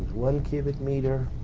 one cubic meter